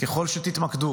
ככל שתתמקדו